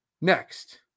Next